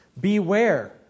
Beware